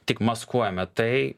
tik maskuojame tai